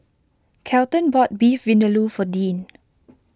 Kelton bought Beef Vindaloo for Dean